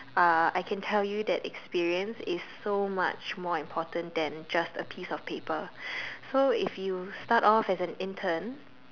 uh I can tell you that experience is so much more important than just a piece of paper so if you start off as an intern